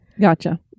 Gotcha